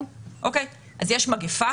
יש מגיפה